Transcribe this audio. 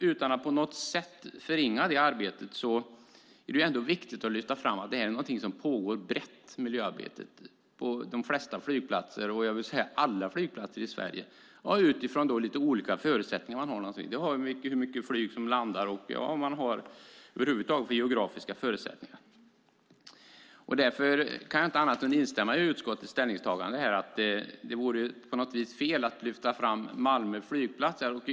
Utan att på något sätt förringa det arbetet är det viktigt att framhålla att miljöarbete är något som pågår på alla flygplatser i Sverige utifrån olika förutsättningar. Det har att göra med hur många flyg som landar och de geografiska förutsättningarna. Jag instämmer i utskottets ställningstagande att det vore fel att lyfta fram Malmö flygplats.